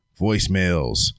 voicemails